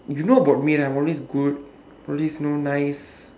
you know about me right i'm always good always so nice